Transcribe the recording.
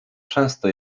często